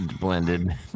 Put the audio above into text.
blended